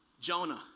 Jonah